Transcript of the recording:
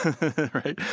Right